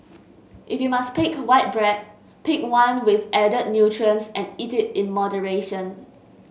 if you must pick white bread pick one with added nutrients and eat it in moderation